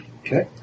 Okay